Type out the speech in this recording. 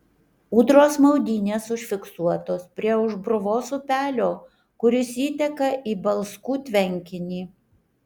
ūdros maudynės užfiksuotos prie aušbruvos upelio kuris įteka į balskų tvenkinį